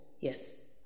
Yes